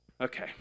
Okay